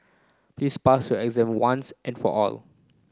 please pass your exam once and for all